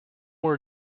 were